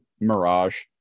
Mirage